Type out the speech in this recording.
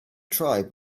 tribe